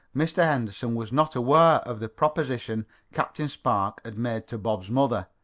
mr. henderson was not aware of the proposition captain spark had made to bob's mother,